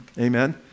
amen